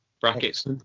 brackets